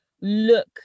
look